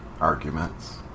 arguments